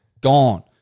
gone